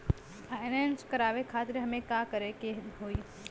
Finance करावे खातिर हमें का करे के होई?